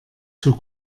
für